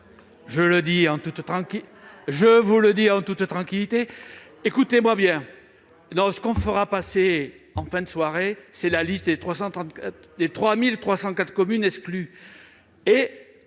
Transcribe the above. le dis en toute tranquillité. Écoutez-moi bien : nous ferons passer en fin de soirée la liste des 3 304 communes exclues de